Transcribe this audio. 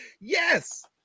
yes